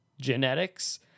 genetics